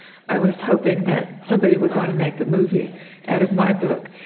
i was hoping that somebody would want to make a movie out of my book.